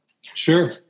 Sure